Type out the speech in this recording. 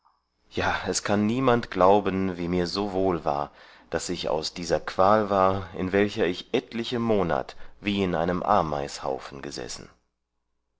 ja es kann niemand glauben wie mir so wohl war daß ich aus dieser qual war in welcher ich etliche monat wie in einem ameishaufen gesessen